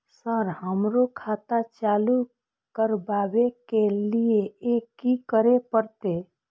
Sir हमरो खाता चालू करबाबे के ली ये की करें परते?